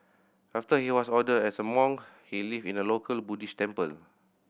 after he was ordained as a monk he lived in a local Buddhist temple